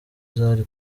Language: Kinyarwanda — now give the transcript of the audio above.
zari